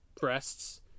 breasts